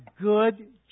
good